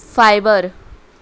fibre